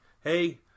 hey